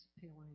peeling